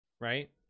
Right